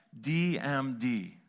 DMD